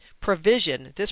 provision